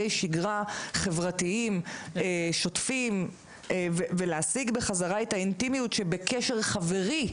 שיגרה חברתיים שוטפים ולהשיג בחזרה את האינטימיות שבקשר חברי,